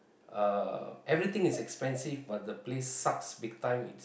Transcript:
uh everything is expensive but the place sucks big time